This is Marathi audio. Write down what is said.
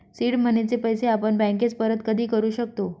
सीड मनीचे पैसे आपण बँकेस परत कधी करू शकतो